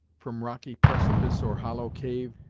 from rocky precipice or hollow cave,